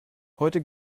heute